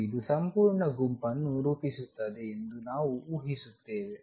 ಮತ್ತು ಇದು ಸಂಪೂರ್ಣ ಗುಂಪನ್ನು ರೂಪಿಸುತ್ತದೆ ಎಂದು ನಾವು ಊಹಿಸುತ್ತೇವೆ